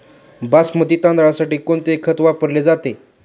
बासमती तांदळासाठी कोणते खत वापरले जाते?